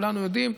כולנו יודעים,